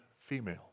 female